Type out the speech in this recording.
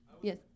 Yes